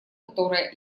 которое